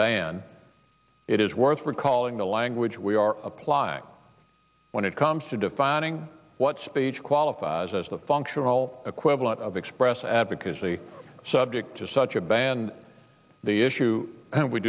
ban it is worth recalling the language we are applying when it comes to defining what speech qualifies as the functional equivalent of express advocacy subject to such a ban the issue